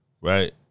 Right